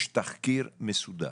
יש תחקיר מסודר.